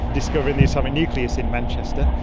discovering the atomic nucleus in manchester.